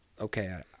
okay